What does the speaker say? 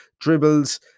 Dribbles